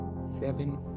seven